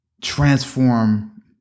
transform